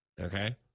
Okay